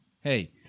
Hey